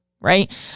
right